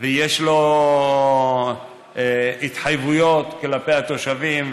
ויש לו התחייבויות כלפי התושבים,